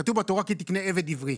כתוב בתורה "כי תקנה עבד עברי".